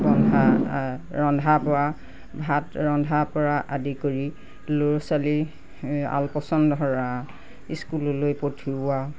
ৰন্ধা ৰন্ধাৰ পৰা ভাত ৰন্ধা পৰা আদি কৰি ল'ৰা ছোৱালী আলপৈচান ধৰা স্কুললৈ পঠিওৱা